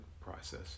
process